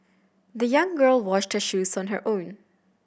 the young girl washed her shoes on her own